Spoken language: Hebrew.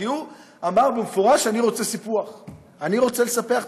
כי הוא אמר במפורש: אני רוצה סיפוח,